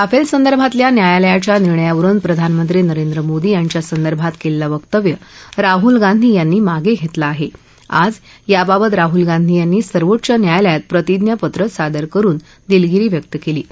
Rafale संदर्भातल्या न्यायालयाच्या निर्णयावरुन प्रधानमंत्री नरेंद्र मोदी यांच्या संदर्भात कलिसीवक्तव्य राहूल गांधी यांनी मागडिक्ति आहा आज याबाबत राहुल गांधी यांनी सर्वोच्च न्यायालयात प्रतिज्ञापत्र सादर करुन दिलगिरी व्यक्त कल्लीय